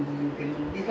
mmhmm